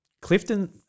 Clifton